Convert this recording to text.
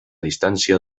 distància